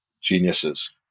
geniuses